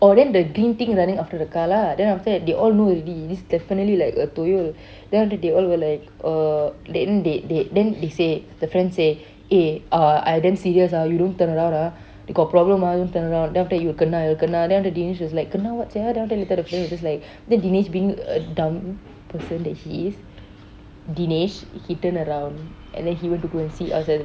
oh then the green thing running after the car lah then after that they all know already this definitely like a toyol then after that they all were like uh then they they then they say the friend say eh uh I damn serious ah you don't turn around ah got problem ah don't turn around then after that you will kena you will kena then after dinesh was just like kena what sia then later the friend was like then dinesh being a dumb person that he is dinesh he turn around and then he went to see outside the window